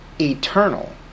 eternal